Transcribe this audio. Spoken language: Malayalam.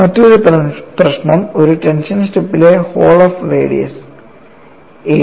മറ്റൊരു പ്രശ്നം ഒരു ടെൻഷൻ സ്ട്രിപ്പിലെ ഹോൾ ഓഫ് റേഡിയസ് a